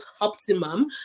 optimum